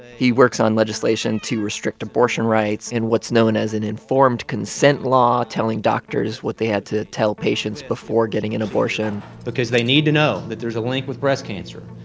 he works on legislation to restrict abortion rights in what's known as an informed consent law, telling doctors what they had to tell patients before getting an abortion because they need to know that there's a link with breast cancer.